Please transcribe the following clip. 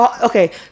Okay